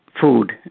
food